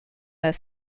their